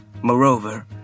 Moreover